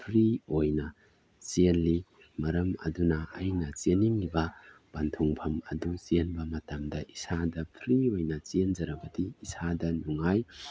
free ꯑꯣꯏꯅ ꯆꯦꯜꯂꯤ ꯃꯔꯝ ꯑꯗꯨꯅ ꯑꯩꯅ ꯆꯦꯟꯅꯤꯡꯏꯕ ꯄꯟꯊꯨꯡꯐꯝ ꯑꯗꯨ ꯆꯦꯟꯕ ꯃꯇꯝꯗ ꯏꯁꯥꯗ ꯐ꯭ꯔꯤ ꯑꯣꯏꯅ ꯆꯦꯟꯖꯔꯕꯗꯤ ꯏꯁꯥꯗ ꯅꯨꯡꯉꯥꯏ